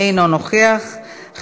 באמת נהדר כאן,